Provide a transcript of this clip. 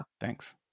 thanks